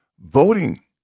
Voting